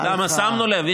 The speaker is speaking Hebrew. שמנו לב.